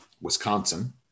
Wisconsin